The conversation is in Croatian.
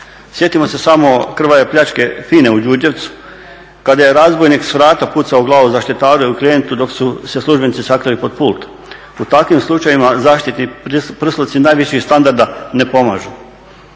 Sjetimo se samo krvave pljačke FIN-e u Đurđevcu kada je razbojnik s vrata pucao u glavu zaštitaru i klijentu dok su se službenici sakrili pod pult. U takvim slučajevima zaštitni prsluci najviših standarda ne pomažu.